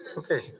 okay